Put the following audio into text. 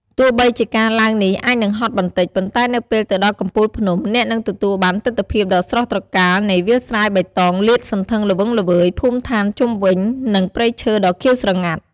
ទោះបីជាការឡើងនេះអាចនឹងហត់បន្តិច ប៉ុន្តែនៅពេលទៅដល់កំពូលភ្នំ អ្នកនឹងទទួលបានទិដ្ឋភាពដ៏ស្រស់ត្រកាលនៃវាលស្រែបៃតងលាតសន្ធឹងល្វឹងល្វើយ ភូមិឋានជុំវិញ និងព្រៃឈើដ៏ខៀវស្រងាត់។